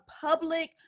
public